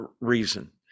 reason